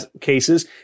cases